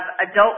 adult